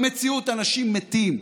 במציאות אנשים מתים.